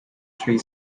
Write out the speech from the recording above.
three